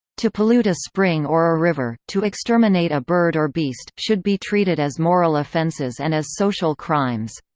to pollute a spring or a river, to exterminate a bird or beast, should be treated as moral offences and as social crimes.